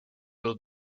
will